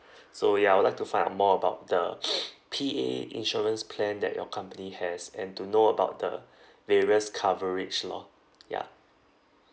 so ya I would like to find out more about the P_A insurance plan that your company has and to know about the various coverage lor ya